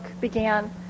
began